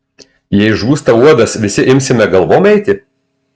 jei žūsta uodas visi imsime galvom eiti